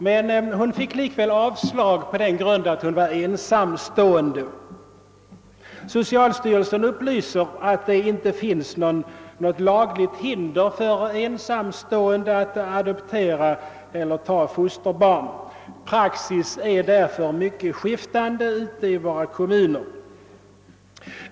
Men hon fick sin ansökan avslagen därför att hon var ensamstående. Socialstyrelsen har nu upplyst att det inte föreligger något lagligt hinder för ensamstående att adoptera barn eller att ta fosterbarn, och praxis är mycket skiftande ute i våra kommuner.